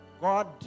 God